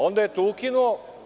Onda je to ukinuo.